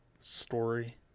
story